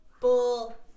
bull